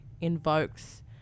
invokes